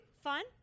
Fun